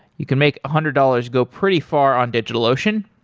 you can make a hundred dollars go pretty far on digitalocean.